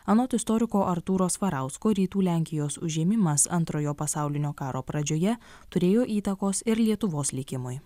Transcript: anot istoriko artūro svarausko rytų lenkijos užėmimas antrojo pasaulinio karo pradžioje turėjo įtakos ir lietuvos likimui